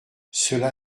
cela